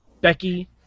Becky